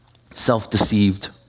Self-deceived